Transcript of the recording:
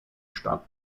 statt